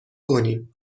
کنیم